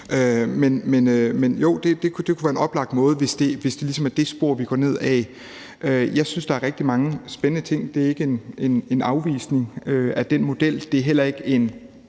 Men jo, det kunne være en oplagt måde, hvis det ligesom er det spor, vi går ned ad. Jeg synes, der er rigtig mange spændende ting, og det er ikke en afvisning af den model. Det er – hvad kan